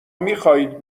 میخواهید